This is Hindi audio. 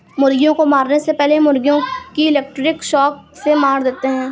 मुर्गियों को मारने से पहले मुर्गियों को इलेक्ट्रिक शॉक से मार देते हैं